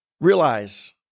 realize